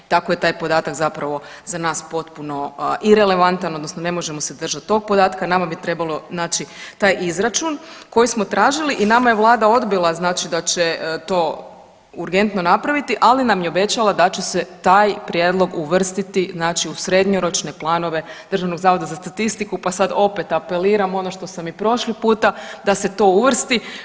Tako je taj podatak zapravo za nas potpuno irelevantan odnosno ne možemo se držat tog podatka, nama bi trebalo znači taj izračun koji smo tražili i nama je vlada odbila znači da će to urgentno napraviti, ali nam je obećala da će se taj prijedlog uvrstiti znači u srednjoročne planove Državnog zavoda za statistiku, pa sad opet apeliram ono što sam i prošli puta da se to uvrsti.